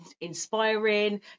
inspiring